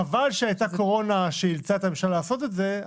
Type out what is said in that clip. חבל שהייתה קורונה שאילצה את הממשלה לעשות את זה,